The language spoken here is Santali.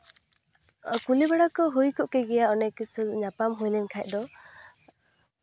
ᱠᱩᱞᱤ ᱵᱟᱲᱟ ᱠᱚ ᱦᱩᱭ ᱠᱚᱜ ᱠᱮᱜᱮᱭᱟ ᱚᱱᱮᱠ ᱠᱤᱪᱷᱩ ᱧᱟᱯᱟᱢ ᱦᱩᱭ ᱞᱮᱱᱠᱷᱟᱡ ᱫᱚ